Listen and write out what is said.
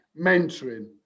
mentoring